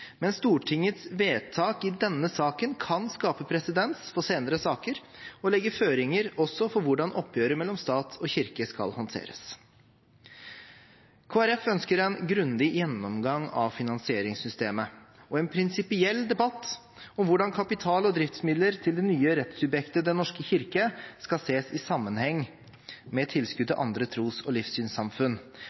men Stortingets vedtak i denne saken kan skape presedens for senere saker og også legge føringer for hvordan oppgjøret mellom stat og kirke skal håndteres. Kristelig Folkeparti ønsker en grundig gjennomgang av finansieringssystemet og en prinsipiell debatt om hvordan kapital og driftsmidler til det nye rettssubjektet Den norske kirke skal ses i sammenheng med tilskudd til andre tros- og livssynssamfunn.